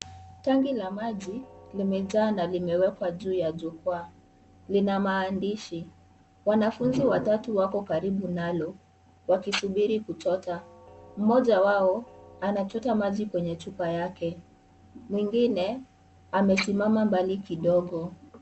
Tanki la maji limejaa na limewekwa juu ya jukwaa. Lina maandishi. Wanafunzi watatu wako karibu nalo wakisubiri kuchota. Mmoja wao anachota maji kwenye chupa yake. Mwingine amesimama mbali kidogo.